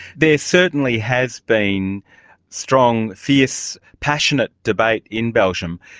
there certainly has been strong, fierce, passionate debate in belgium.